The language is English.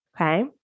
Okay